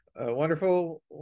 wonderful